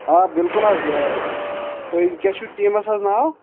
آ بِلکُل حظ تۄہہِ کیٛاہ چھُو ٹیٖمَس حظ ناو